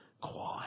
quiet